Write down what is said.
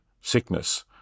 sickness